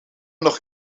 nog